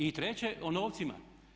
I treće, o novcima.